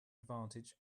advantage